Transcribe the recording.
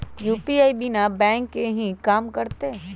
UPI बिना bank के भी कम करतै?